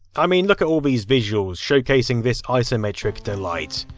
i mean look at all these visuals, showcasing this isometric delight.